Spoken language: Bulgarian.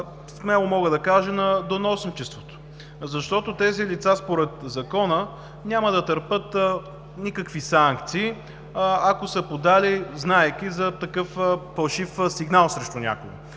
смело мога да кажа, на доносничеството, защото тези лица, според Закона, няма да търпят никакви санкции, ако са подали, знаейки за такъв фалшив сигнал срещу някого.